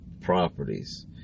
properties